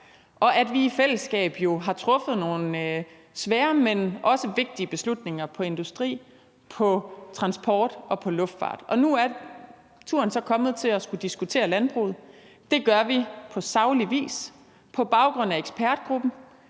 og at vi i fællesskab har truffet nogle svære, men også vigtige beslutninger på industriområdet, på transportområdet og på luftfartsområdet. Nu er turen så kommet til at skulle diskutere landbruget. Det gør vi på saglig vis på baggrund af ekspertgruppen